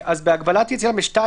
הגבלת יציאה למרחב הציבורי.